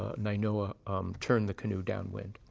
ah nainoa turned the canoe downwind.